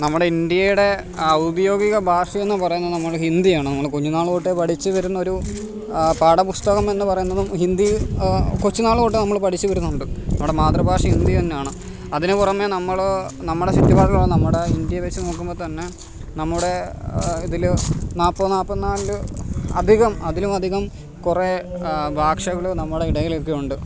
നമ്മുടെ ഇന്ത്യയുടെ ഔദ്യോഗിക ഭാഷയെന്നു പറയുന്നത് നമ്മൾ ഹിന്ദിയാണ് നമ്മൾ കുഞ്ഞുനാൾ തൊട്ടേ പഠിച്ചുവരുന്ന ഒരു പാഠപുസ്തകമെന്നു പറയുന്നതും ഹിന്ദി കൊച്ചുനാൾ തൊട്ടേ നമ്മൾ പഠിച്ചു വരുന്നുണ്ട് നമ്മുടെ മാതൃഭാഷ ഹിന്ദി തന്നെയാണ് അതിന് പുറമെ നമ്മൾ നമ്മുടെ ചുറ്റുപാടുമുള്ള നമ്മുടെ ഇന്ത്യയെ വെച്ചുനോക്കുമ്പോൾ തന്നെ നമ്മുടെ നമ്മുടെ ഇതിൽ നാല്പത് നാല്പത്തിനാല് അധികം അതിലും അധികം കുറേ ഭാക്ഷകൾ നമ്മുടെ ഇടയിലൊക്കെയുണ്ട്